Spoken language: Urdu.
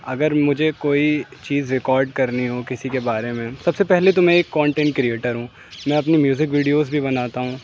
اگر مجھے کوئی چیز ریکارڈ کرنی ہو کسی کے بارے میں سب سے پہلے تو میں ایک کانٹنٹ کریئٹر ہوں میں اپنی میوزک ویڈیوز بھی بناتا ہوں